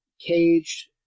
caged